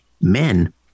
men